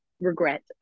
regret